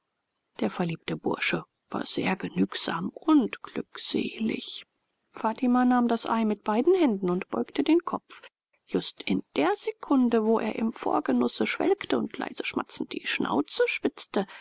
der verliebte bursche war genügsam und glückselig fatima nahm das ei mit beiden händen und beugte den kopf just in der sekunde wo er im vorgenusse schwelgend und leise schmatzend die schnauze spitzte